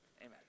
Amen